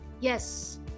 Yes